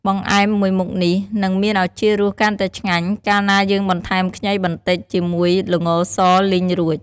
បង្អែមមួយមុខនេះនឹងមានឱ្យជារសកាន់តែឆ្ងាញ់ កាលណាយើងបន្ថែមខ្ញីបន្តិច ជាមួយល្ងសលីងរួច។